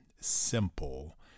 simple